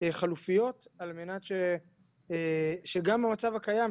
חלופיות על מנת שגם המצב הקיים,